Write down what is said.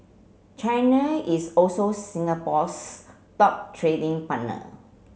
China is also Singapore's top trading partner